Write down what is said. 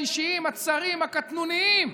האישיים, הצרים, הקטנוניים,